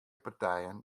partijen